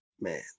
man